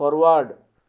forward